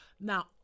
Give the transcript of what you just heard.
Now